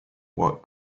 what